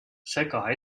sega